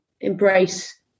embrace